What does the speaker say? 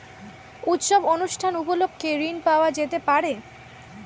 উৎসব অনুষ্ঠান উপলক্ষে ঋণ পাওয়া যেতে পারে?